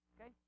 Okay